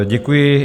Děkuji.